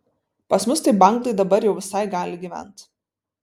pas mus tai banglai dabar jau visai gali gyvent